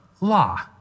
law